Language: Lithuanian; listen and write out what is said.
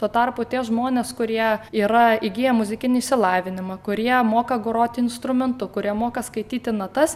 tuo tarpu tie žmonės kurie yra įgiję muzikinį išsilavinimą kurie moka groti instrumentu kurie moka skaityti natas